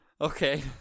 Okay